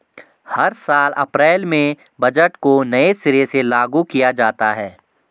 हर साल अप्रैल में बजट को नये सिरे से लागू किया जाता है